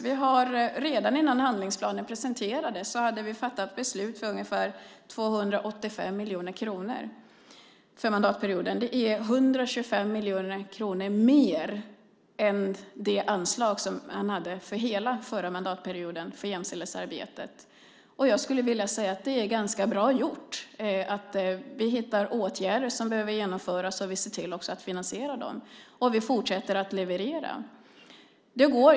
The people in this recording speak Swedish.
Vi har redan innan handlingsplanen presenterades fattat beslut för ungefär 285 miljoner kronor för mandatperioden. Det är 125 miljoner kronor mer än det anslag man hade för jämställdhetsarbetet under hela förra mandatperioden. Jag skulle vilja säga att det är ganska bra gjort att vi hittar åtgärder som behöver genomföras och också ser till att finansiera dem, och vi fortsätter att leverera.